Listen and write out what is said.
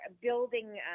building